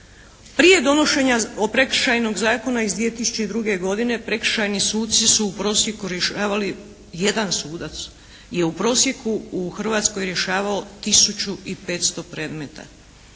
Prije donošenja Prekršajnog zakona iz 2002. godine prekršajni suci su u prosjeku rješavali, jedan sudac je u prosjeku u Hrvatskoj rješavao 1500 predmeta.